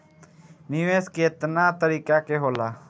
निवेस केतना तरीका के होला?